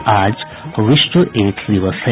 और आज विश्व एड्स दिवस है